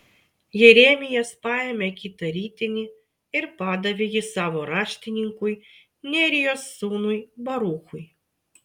jeremijas paėmė kitą ritinį ir padavė jį savo raštininkui nerijos sūnui baruchui